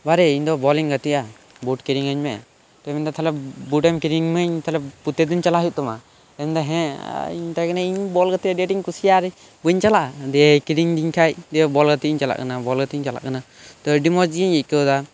ᱵᱟᱨᱮ ᱤᱧ ᱫᱚ ᱵᱚᱞᱤᱧ ᱜᱟᱛᱮᱜᱼᱟ ᱵᱩᱴ ᱠᱤᱨᱤᱧ ᱟᱹᱧ ᱢᱮ ᱟᱫᱚᱭ ᱢᱮᱱ ᱮᱫᱟ ᱛᱟᱦᱞᱮ ᱵᱩᱴᱮᱢ ᱠᱤᱨᱤᱧ ᱧᱟᱹᱢᱟᱹᱧ ᱛᱟᱦᱞᱮ ᱯᱨᱚᱛᱛᱮᱠ ᱫᱤᱱ ᱪᱟᱞᱟᱜ ᱦᱩᱭᱩᱜ ᱛᱟᱢᱟ ᱟᱫᱚᱧ ᱢᱮᱱ ᱮᱫᱟ ᱦᱮᱸ ᱟᱫᱚᱧ ᱢᱮᱛᱟᱭ ᱠᱟᱱᱟ ᱤᱧ ᱵᱚᱞ ᱜᱟᱛᱮᱜ ᱟᱹᱰᱤ ᱟᱸᱴ ᱤᱧ ᱠᱩᱥᱤᱭᱟᱜᱼᱟ ᱟᱨ ᱵᱟᱹᱧ ᱪᱟᱞᱟᱜᱼᱟ ᱫᱤᱭᱮ ᱠᱤᱨᱤᱧ ᱟᱹᱫᱤᱧ ᱠᱷᱟᱱ ᱫᱤᱭᱮ ᱵᱚᱞ ᱜᱟᱛᱮᱜ ᱤᱧ ᱪᱟᱞᱟᱜ ᱠᱟᱱᱟ ᱛᱚ ᱟᱰᱤ ᱢᱚᱸᱡᱽ ᱜᱮᱧ ᱟᱹᱭᱠᱟᱹᱣ ᱮᱫᱟ